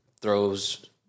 throws